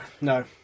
no